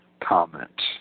comment